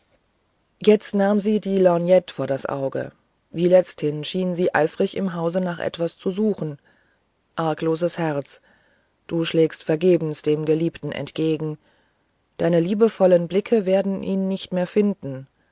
jetzt nahm sie die lorgnette vor das auge wie letzthin schien sie eifrig im hause nach etwas zu suchen argloses herz du schlägst vergebens dem geliebten entgegen deine liebevollen blicke werden ihn nicht mehr finden